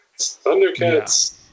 Thundercats